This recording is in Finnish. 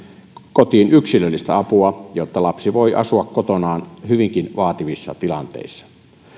kotiin yksilöllistä apua jotta lapsi voi asua kotonaan hyvinkin vaativissa tilanteissa